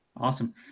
Awesome